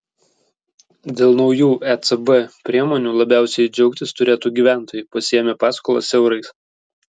dėl naujų ecb priemonių labiausiai džiaugtis turėtų gyventojai pasiėmę paskolas eurais